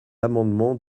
amendement